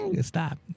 Stop